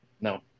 No